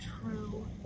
true